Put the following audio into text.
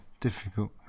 difficult